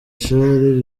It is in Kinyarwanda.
shuri